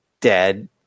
dead